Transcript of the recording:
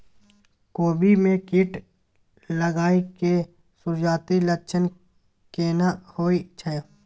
कोबी में कीट लागय के सुरूआती लक्षण केना होय छै